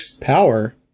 Power